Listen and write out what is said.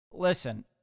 Listen